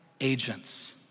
agents